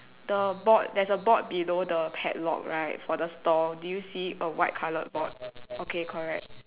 the board there's a board below the padlock right for the store do you see a white coloured board okay correct